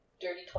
Dirty